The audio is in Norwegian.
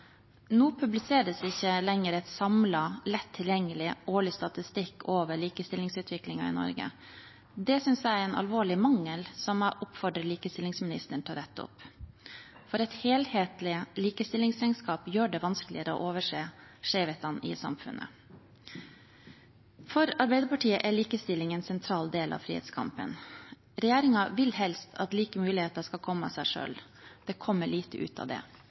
Nå publiseres ikke lenger en samlet, lett tilgjengelig årlig statistikk over likestillingsutviklingen i Norge. Det synes jeg er en alvorlig mangel, som jeg oppfordrer likestillingsministeren til å rette opp, for et helhetlig likestillingsregnskap gjør det vanskeligere å overse skjevhetene i samfunnet. For Arbeiderpartiet er likestilling en sentral del av frihetskampen. Regjeringen vil helst at like muligheter skal komme av seg selv. Det kommer lite ut av det.